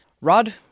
Rod